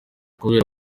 kubera